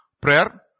prayer